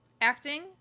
Acting